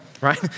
right